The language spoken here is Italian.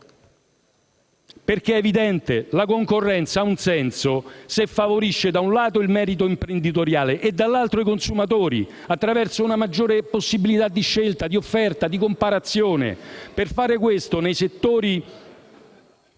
Perché è evidente: la concorrenza ha un senso se favorisce, da un lato, il merito imprenditoriale e, dall'altro, i consumatori, attraverso una maggiore possibilità di scelta, di offerta e di comparazione. Per fare questo nei settori